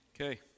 Okay